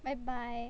bye bye